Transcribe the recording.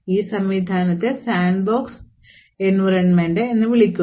ഈ സംവിധാനത്തെ sandbox environment എന്ന് വിളിക്കുന്നു